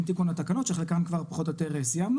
תיקון התקנות שאת חלקן כבר פחות או יותר סיימנו.